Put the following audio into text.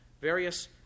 various